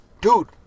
dude